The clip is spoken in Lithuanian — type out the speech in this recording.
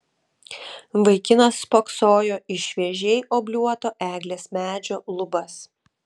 vaikinas spoksojo į šviežiai obliuoto eglės medžio lubas